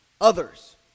others